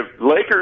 Lakers